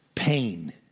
pain